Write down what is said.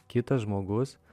kitas žmogus